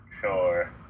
Sure